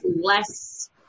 less